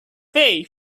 pay